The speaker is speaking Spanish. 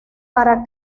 para